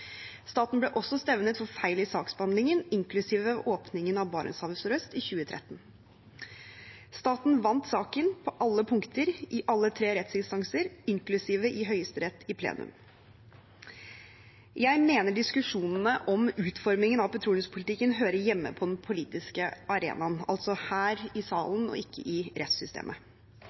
Staten ble også stevnet for feil i saksbehandlingen, inklusiv åpningen av Barentshavet sørøst i 2013. Staten vant saken på alle punkter i alle tre rettsinstanser, inklusiv i Høyesterett i plenum. Jeg mener diskusjonene om utformingen av petroleumspolitikken hører hjemme på den politiske arenaen, altså her i salen og ikke i rettssystemet.